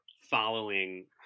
following